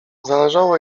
zależało